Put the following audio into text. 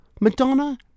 Madonna